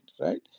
right